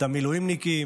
את המילואימניקים,